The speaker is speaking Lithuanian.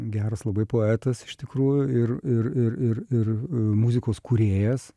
geras labai poetas iš tikrųjų ir ir ir ir ir muzikos kūrėjas